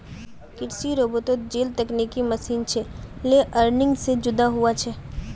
कृषि रोबोतोत जेल तकनिकी मशीन छे लेअर्निंग से जुदा हुआ छे